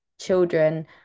children